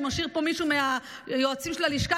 הוא משאיר פה מישהו מהיועצים של הלשכה.